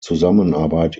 zusammenarbeit